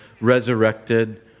resurrected